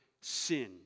sin